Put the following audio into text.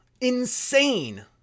insane